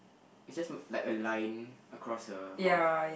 it's just like a line across her mouth